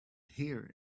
here